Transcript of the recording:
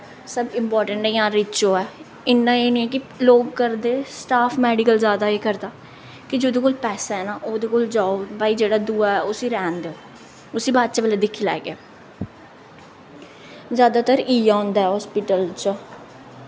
सब इंपाट्रेंट गै जां रिच होऐ इन्ना एह् नेईं ऐ कि लोक करदे स्टाफ मैडिकल जादा एह् करदा कि जेह्दे कोल पैसा ऐ ओह्दे कोल जाओ भाई जेह्ड़ा दूआ ऐ उसी रैह्न देओ उसी बाद च बेल्लै दिक्खी लैगे जादातर इ'यै होंदा हास्पिटल च